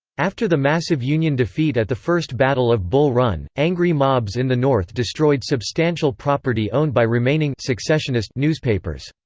after the massive union defeat at the first battle of bull run, angry mobs in the north destroyed substantial property owned by remaining successionist newspapers.